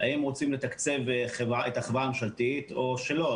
האם הם רוצים לתקצב את החברה הממשלתית או שלא.